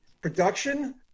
production